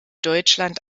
deutschland